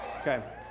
Okay